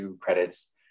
credits